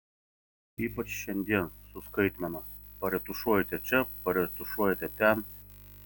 ypač šiandien su skaitmena paretušuojate čia paretušuojate ten